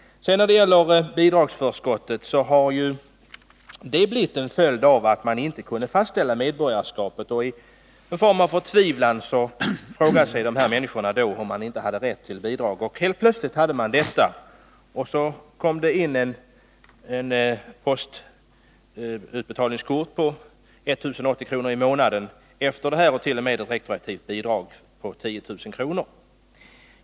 Som en följd av att medborgarskapet inte kunde fastställas har alltså bidragsförskott utgått. I förtvivlan frågade sig nämligen dessa människor om de inte hade rätt till bidrag. Det visade sig att de hade rätt till bidragsförskott, och plötsligt fick de först utbetalningskort på 1 080 kr. i månaden. Därefter har de t.o.m. fått ett retroaktivt bidrag på 10 000 kr.